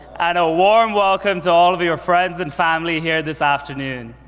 and a warm welcome to all of your friends and family here this afternoon.